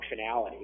functionality